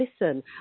listen